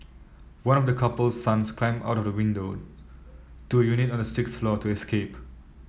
one of the couple's sons climbed out of the window to a unit on the sixth floor to escaped